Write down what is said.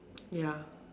ya